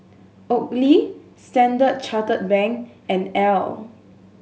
Oakley Standard Chartered Bank and Elle